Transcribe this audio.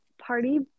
party